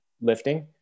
lifting